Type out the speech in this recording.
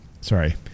Sorry